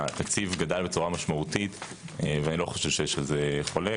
התקציב גדל בצורה משמעותית ואני לא חושב שיש על זה חולק.